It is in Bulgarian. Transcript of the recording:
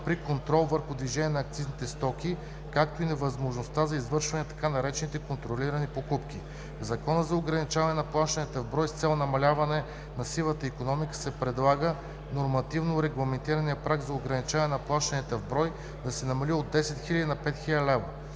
при контрола върху движението на акцизни стоки, както и на възможност за извършване на така наречените „контролирани покупки“. В Закона за ограничаване на плащанията в брой с цел намаляване на сивата икономика се предлага нормативно регламентираният праг за ограничаване на плащанията в брой в страната да се намали от 10 000 лв. на 5000 лв.